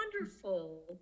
wonderful